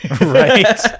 right